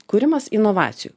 kūrimas inovacijų